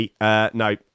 No